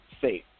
safe